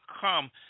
come